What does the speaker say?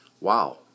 Wow